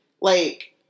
Like-